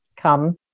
come